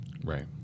right